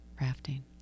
rafting